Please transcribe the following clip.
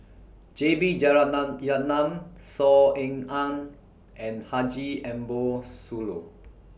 J B Saw Ean Ang and Haji Ambo Sooloh